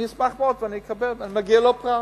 אשמח מאוד, מגיע לו פרס.